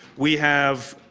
we have